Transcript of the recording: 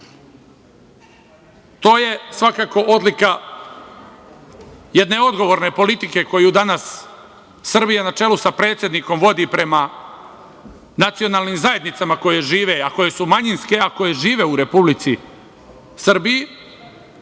je svakako odlika jedne odgovorne politike koju danas Srbija na čelu sa predsednikom vodi prema nacionalnim zajednicama koje su manjinske, a koje žive u Republici Srbiji